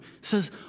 says